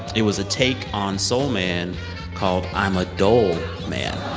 it was a take on soul man called i'm a dole man.